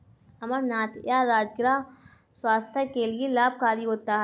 अमरनाथ या राजगिरा स्वास्थ्य के लिए लाभकारी होता है